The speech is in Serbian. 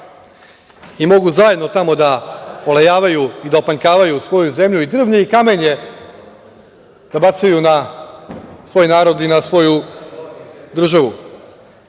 i mogu zajedno tamo da olajavaju i opanjkavaju svoju zemlju, drvlje i kamenje da bacaju na svoj narod i na svoju